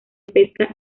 pesca